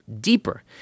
deeper